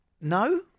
No